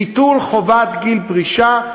ביטול חובת גיל פרישה,